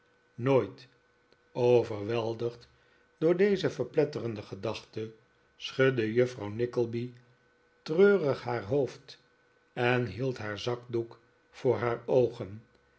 nooit overweldigd door deze verpletterende gedachte schudde juffrouw nickleby treurig haar hoofd en hield haar zakdoek voor haar oogen